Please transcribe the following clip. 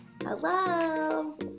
Hello